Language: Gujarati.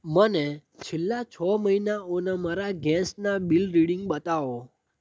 મને છેલ્લા છ મહિનાઓનાં મારા ગેસનાં બિલ રીડિંગ બતાવો